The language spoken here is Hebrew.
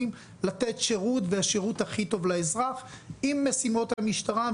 לתת שירות והשירות הכי טוב לאזרח עם משימות המשטרה,